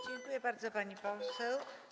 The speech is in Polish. Dziękuję bardzo, pani poseł.